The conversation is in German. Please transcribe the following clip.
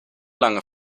lange